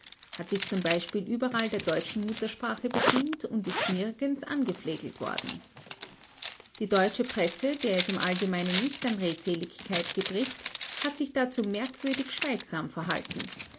hat sich zum beispiel überall der deutschen muttersprache bedient und ist nirgends angeflegelt worden die deutsche presse der es im allgemeinen nicht an redseligkeit gebricht hat sich dazu merkwürdig schweigsam verhalten